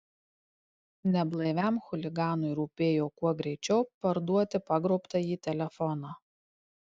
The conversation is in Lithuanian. neblaiviam chuliganui rūpėjo kuo greičiau parduoti pagrobtąjį telefoną